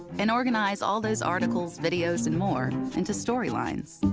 and organize all those articles, videos, and more into storylines.